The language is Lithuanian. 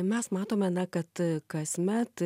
mes matome na kad kasmet